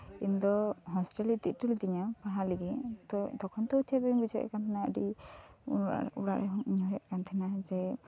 ᱤᱧ ᱫᱚ ᱦᱳᱥᱴᱮᱞ ᱮ ᱤᱫᱤ ᱦᱚᱴᱚ ᱠᱟᱫᱤᱧᱟ ᱯᱟᱲᱦᱟᱣ ᱞᱟᱹᱜᱤᱫ ᱛᱚᱷᱚᱱ ᱫᱚ ᱪᱮᱫ ᱦᱚᱸ ᱵᱟᱹᱧ ᱵᱩᱡᱷᱟᱹᱣᱮᱫ ᱛᱟᱸᱦᱮᱱᱟ ᱛᱚᱠᱷᱚᱱ ᱟᱹᱰᱤ ᱚᱲᱟᱜ ᱤᱧ ᱩᱭᱦᱟᱹᱨ ᱮᱫ ᱛᱟᱸᱦᱮᱱᱟ ᱡᱮ